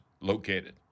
located